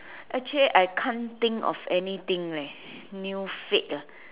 actually I can't think of anything leh new fad eh